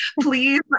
please